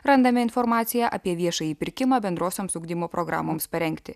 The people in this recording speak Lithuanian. randame informaciją apie viešąjį pirkimą bendrosioms ugdymo programoms parengti